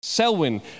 Selwyn